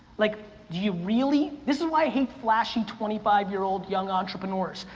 like do you really, this is why i hate flashy twenty five year old young entrepreneurs,